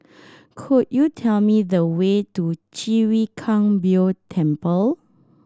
could you tell me the way to Chwee Kang Beo Temple